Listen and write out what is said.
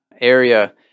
area